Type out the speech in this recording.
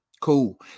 cool